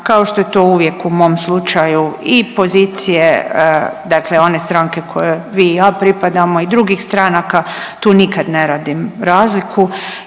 kao što je to uvijek u mom slučaju i pozicije, dakle one stranke kojoj vi i ja pripadamo i drugih stranaka. Tu nikad ne radim razliku.